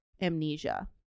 amnesia